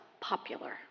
popular